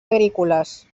agrícoles